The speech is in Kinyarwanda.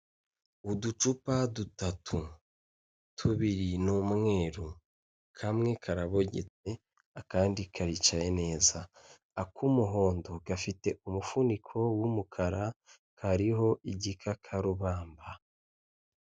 Uducupa dutatu, tubiri ni umweru kamwe karabogetse akandi karicaye neza, ak'umuhondo gafite umufuniko w'umukara kariho igikakarubamba.